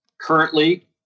Currently